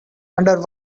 under